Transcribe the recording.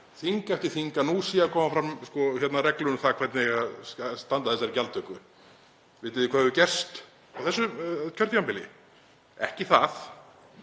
þing eftir þing að nú séu að koma fram reglur um það hvernig eigi að standa að þessari gjaldtöku. Vitið þið hvað hefur gerst á þessu kjörtímabili? Ekki það.